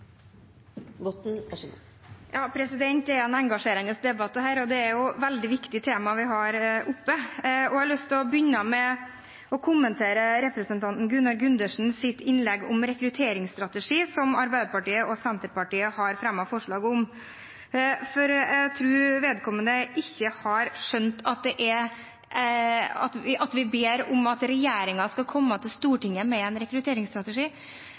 veldig viktig tema vi har oppe, og jeg har lyst til å begynne med å kommentere representanten Gunnar Gundersens innlegg om rekrutteringsstrategi, som Arbeiderpartiet og Senterpartiet har fremmet forslag om. For jeg tror vedkommende ikke har skjønt at vi ber om at regjeringen skal komme til Stortinget med en rekrutteringsstrategi. Vi har ikke sagt at det er hvert enkelt selskap som skal komme til Stortinget med